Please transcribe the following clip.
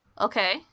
Okay